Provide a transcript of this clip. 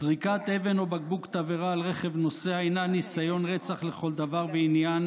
זריקת אבן או בקבוק תבערה על רכב נוסע היא ניסיון רצח לכל דבר ועניין,